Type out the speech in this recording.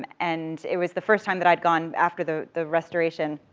and it was the first time that i'd gone after the the restoration,